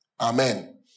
Amen